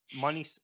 money